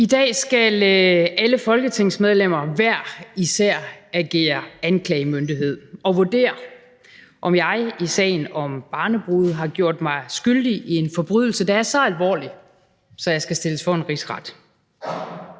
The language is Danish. I dag skal alle folketingsmedlemmer hver især agere anklagemyndighed og vurdere, om jeg i sagen om barnebrude har gjort mig skyldig i en forbrydelse, der er så alvorlig, så jeg skal stilles for en rigsret.